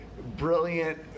brilliant